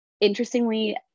interestingly